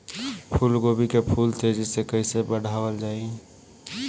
फूल गोभी के फूल तेजी से कइसे बढ़ावल जाई?